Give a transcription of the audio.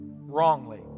wrongly